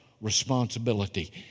responsibility